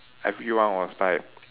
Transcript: everyone was like